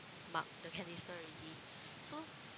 mug the cannister already so